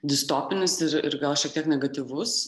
distopinis ir ir gal šiek tiek negatyvus